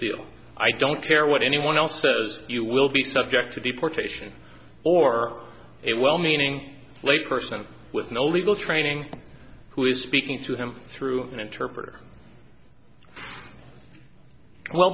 deal i don't care what anyone else says you will be subject to deportation or a well meaning lay person with no legal training who is speaking to him through an interpreter well